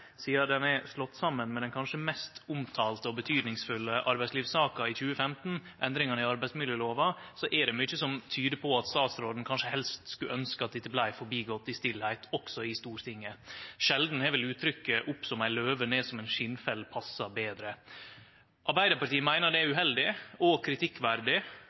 Sidan ho er slått saman med den kanskje mest omtalte og betydningsfulle arbeidslivssaka i 2015, endringane i arbeidsmiljølova, er det mykje som tyder på at statsråden kanskje helst skulle ønskje at dette vart forbigått i stillheit, også i Stortinget. Sjeldan har vel uttrykket «opp som ei løve og ned som ein skinnfell» passa betre. Arbeidarpartiet meiner det er uheldig og kritikkverdig